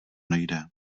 nejde